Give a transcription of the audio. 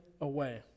away